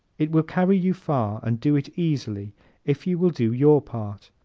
it will carry you far and do it easily if you will do your part.